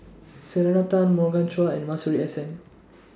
Selena Tan Morgan Chua and Masuri S N